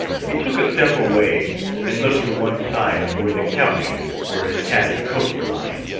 he took a step away and looked to one side, toward the couch where his hat and coat were lying.